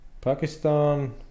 pakistan